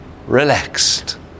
relaxed